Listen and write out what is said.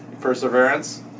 Perseverance